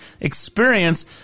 experience